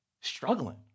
struggling